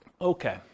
Okay